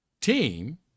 team